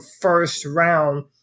first-round